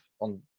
on